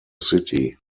city